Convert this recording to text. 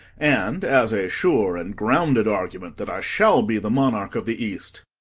and, as a sure and grounded argument that i shall be the monarch of the east,